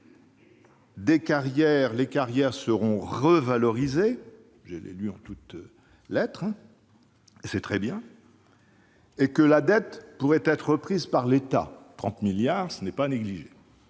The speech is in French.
les carrières seront revalorisées- je l'ai lu en toutes lettres, et c'est très bien !-, et la dette pourrait être reprise par l'État : 30 milliards d'euros, ce n'est pas négligeable.